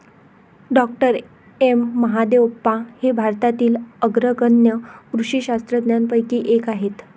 डॉ M Mahadevappa हे भारतातील अग्रगण्य कृषी शास्त्रज्ञांपैकी एक आहेत